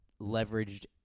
leveraged